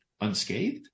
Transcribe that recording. unscathed